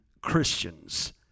Christians